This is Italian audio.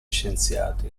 scienziati